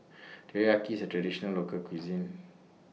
Teriyaki IS A Traditional Local Cuisine